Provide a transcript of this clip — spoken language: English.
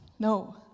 No